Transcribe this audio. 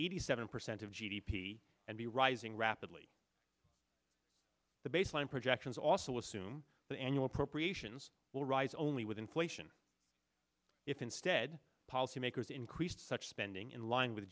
eighty seven percent of g d p and be rising rapidly the baseline projections also assume the annual appropriations will rise only with inflation if instead policy makers increased such spending in line with the